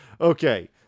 Okay